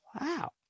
Wow